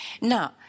Now